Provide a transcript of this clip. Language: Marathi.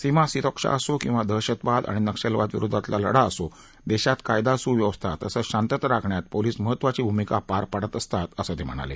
सीमा सुरक्षा असो किंवा दहशतवाद आणि नक्षलवादाविरोधातला लढा असो देशात कायदा सुव्यवस्था तसंच शांतता राखण्यात पोलिस महत्त्वाची भूमिका पार पाडत असतात असं ते म्हणाले